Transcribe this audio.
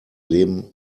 leben